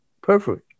perfect